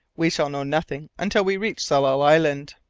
we shall know nothing until we reach tsalal island.